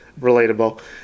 Relatable